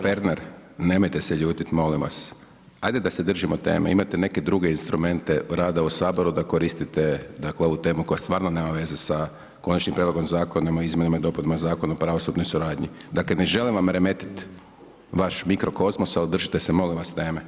Dragi kolega Pernar, nemojte se ljutit molim vas, hajde da se držimo teme, imate neke druge instrumente rada u HS da koristite, dakle ovu temu koja stvarno nema veze sa Konačnim prijedlogom Zakona o izmjenama i dopunama Zakona o pravosudnoj suradnji, dakle ne želim vam remetit vaš mikro kozmos, al držite se molimo vas teme.